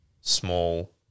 small